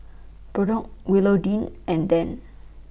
Brock Willodean and Dann